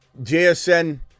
JSN